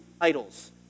idols